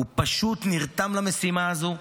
הוא פשוט נרתם למשימה הזו,